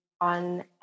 on